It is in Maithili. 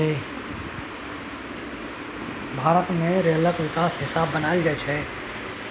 भारत मे रेलक हिसाब किताब लेल रेल बजट बनाएल जाइ छै